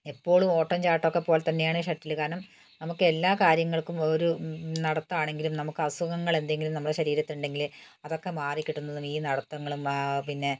എപ്പോഴും ഓട്ടം ചാട്ടം ഒക്കെ പോലെത്തന്നെയാണ് ഷട്ടിൽ കാരണം നമുക്കെല്ലാ കാര്യങ്ങൾക്കും ഒരു നടത്താണെങ്കിലും നമുക്ക് അസുഖങ്ങളെന്തെങ്കിലും നമ്മുടെ ശരീരത്തുണ്ടെങ്കിൽ അതൊക്കെ മാറിക്കിട്ടുന്നതിനും ഈ നടത്തങ്ങളും ആ പിന്നെ